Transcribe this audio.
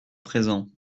présent